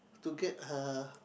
to get her